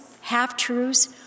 half-truths